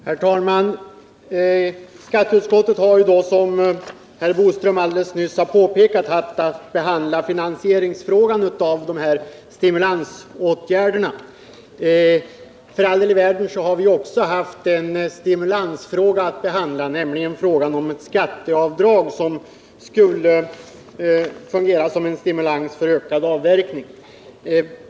Herr talman! Skatteutskottet har, som herr Boström alldeles nyss påpekade, haft att behandla finansieringen av de här stimulansåtgärderna. Vi har för all del också haft en stimulansfråga, nämligen frågan om ett skatteavdrag som skulle fungera som en stimulans för ökad avverkning.